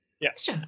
Yes